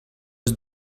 eus